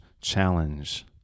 challenge